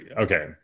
okay